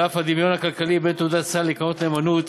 על אף הדמיון הכלכלי בין תעודות סל לקרנות הנאמנות,